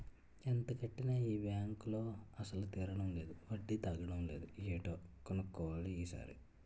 ఎంత కట్టినా ఈ బాంకులో అసలు తీరడం లేదు వడ్డీ తగ్గడం లేదు ఏటో కన్నుక్కోవాలి ఈ సారి